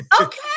Okay